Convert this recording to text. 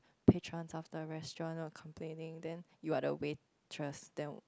patrons of the restaurant were complaining then you are the waitress then